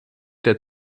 der